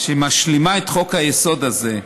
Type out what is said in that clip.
שמשלימה את חוק-היסוד הזה,